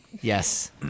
Yes